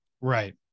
right